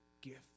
gift